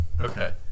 Okay